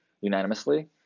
unanimously